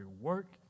work